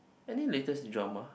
any latest drama